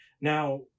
Now